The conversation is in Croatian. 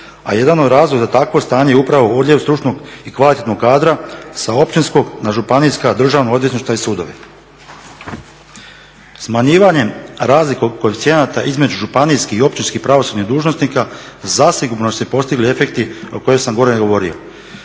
A jedan od razloga za takvo stanje je upravo odljev stručnog i kvalitetnog kadra sa općinskog na Županijska državna odvjetništva i sudove. Smanjivanjem razlike koeficijenata između županijskih i općinskih pravosudnih dužnosnika zasigurno su se postigli efekti o kojima sam gore govorio.